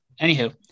anywho